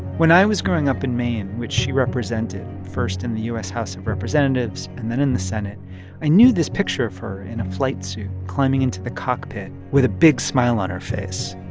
when i was growing up in maine, which she represented first in the u s. house of representatives and then in the senate i knew this picture of her in a flight suit, climbing into the cockpit with a big smile on her face.